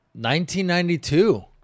1992